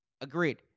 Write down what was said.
Agreed